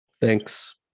thanks